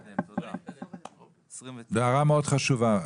זו הערה מאוד חשובה.